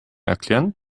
erklären